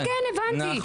הבנתי.